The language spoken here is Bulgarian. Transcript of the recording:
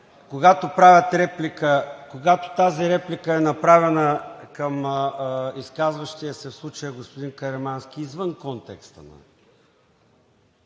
когато правят реплика, когато тази реплика е направена към изказващия се, в случая господин Каримански, извън контекста,